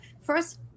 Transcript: First